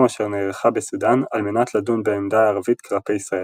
אשר נערכה בסודאן על מנת לדון בעמדה הערבית כלפי ישראל.